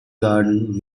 gardens